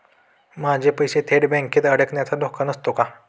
माझे पैसे थेट बँकेत अडकण्याचा धोका नसतो का?